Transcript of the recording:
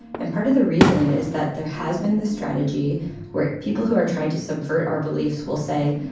and part of the reason is that there has been this strategy where people who are trying to subvert our beliefs will say,